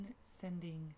sending